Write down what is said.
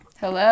hello